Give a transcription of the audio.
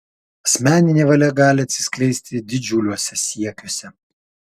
asmeninė valia gali atsiskleisti didžiuliuose siekiuose